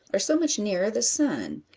are so much nearer the sun,